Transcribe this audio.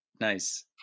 Nice